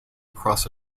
across